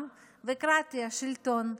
עם, וקרטיה, שלטון.